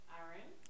Aaron